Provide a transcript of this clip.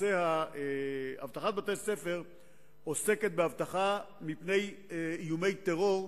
אבטחת בתי-ספר עוסקת באבטחה מפני איומי טרור.